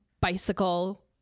bicycle